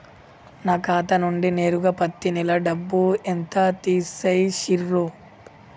నా ఖాతా నుండి నేరుగా పత్తి నెల డబ్బు ఎంత తీసేశిర్రు?